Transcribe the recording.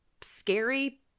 scary